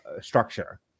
structure